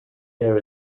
air